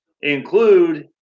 include